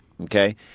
Okay